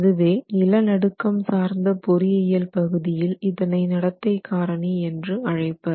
அதுவே நில நடுக்கம் சார்ந்த பொறியியல் பகுதியில் இதனை நடத்தை காரணி என்று அழைப்பர்